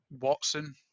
Watson